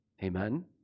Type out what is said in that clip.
Amen